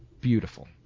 beautiful